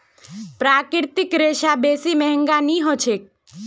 प्राकृतिक रेशा बेसी महंगा नइ ह छेक